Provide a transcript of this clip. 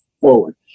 forward